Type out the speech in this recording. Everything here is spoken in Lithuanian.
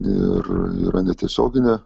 ir yra netiesioginė